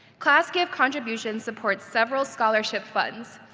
class gift contributions support several scholarship funds,